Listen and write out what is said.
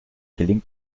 gelingt